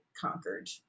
conquered